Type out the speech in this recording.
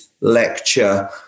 lecture